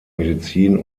medizin